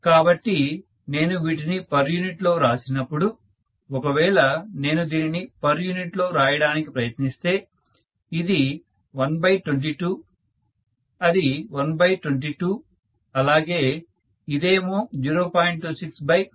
కాబట్టి నేను వీటిని పర్ యూనిట్ లో వ్రాసినపుడు ఒకవేళ నేను దీనిని పర్ యూనిట్ లో వ్రాయడానికి ప్రయత్నిస్తే ఇది 122 అది 322 అలాగే ఇదేమో 0